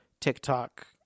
TikTok